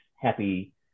happy